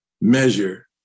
measure